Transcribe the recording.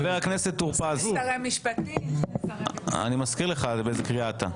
חבר הכנסת טור פז, אני מזכיר לך באיזו קריאה אתה.